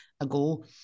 ago